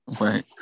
Right